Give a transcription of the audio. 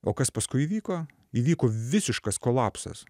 o kas paskui įvyko įvyko visiškas kolapsas